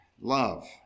Love